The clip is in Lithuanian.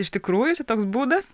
iš tikrųjų čia toks būdas